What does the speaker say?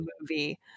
movie